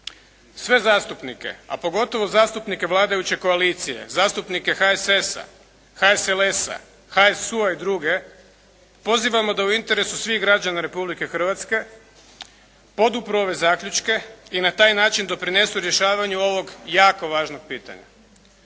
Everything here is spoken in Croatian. Sve zastupnike, a pogotovo zastupnike vladajuće koalicije, zastupnike HSS-a, HSLS-a, HSU-a i druge pozivamo da u interesu svih građana Republike Hrvatske podupru ove zaključke i na taj način doprinesu rješavanju ovog jako važnog pitanja.